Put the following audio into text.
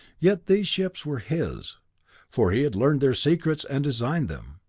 yet these ships were his for he had learned their secrets and designed them,